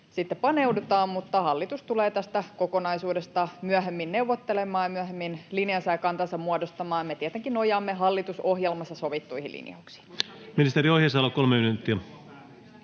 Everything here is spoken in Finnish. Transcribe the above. sitten paneudutaan, mutta hallitus tulee tästä kokonaisuudesta myöhemmin neuvottelemaan ja myöhemmin linjansa ja kantansa muodostamaan. Me tietenkin nojaamme hallitusohjelmassa sovittuihin linjauksiin.